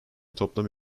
toplam